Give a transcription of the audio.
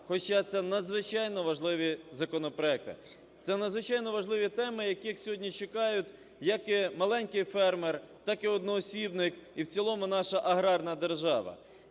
хоча це надзвичайно важливі законопроекти. Це надзвичайно важливі теми, яких сьогодні чекають як і маленький фермер, так і одноосібник і в цілому наша аграрна держава.